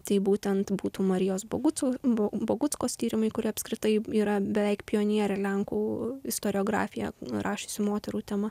tai būtent būtų marijos bogucu baguckos tyrimai kuri apskritai yra beveik pionierė lenkų istoriografija nurašiusi moterų tema